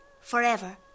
Forever